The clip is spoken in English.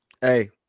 Hey